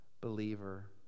believer